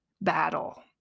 battle